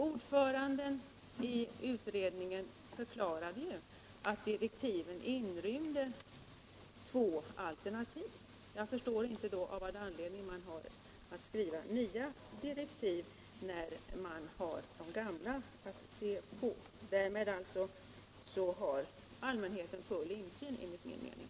Ordföranden i utredningen förklarade att direktiven inrymde två alternativ. Jag förstår inte vilken anledning man har att skriva nya direktiv när det finns gamla att se på. Därigenom har alltså allmänheten full insyn, enligt min mening.